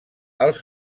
als